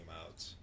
out